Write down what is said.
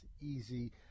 easy